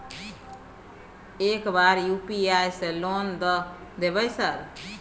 एक बार यु.पी.आई से लोन द देवे सर?